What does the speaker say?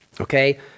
Okay